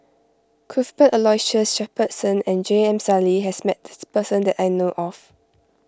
Cuthbert Aloysius Shepherdson and J M Sali has met this person that I know of